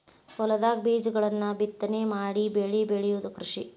ಹೊಲದಾಗ ಬೇಜಗಳನ್ನ ಬಿತ್ತನೆ ಮಾಡಿ ಬೆಳಿ ಬೆಳಿಯುದ ಕೃಷಿ